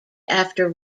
after